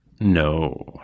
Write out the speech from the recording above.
No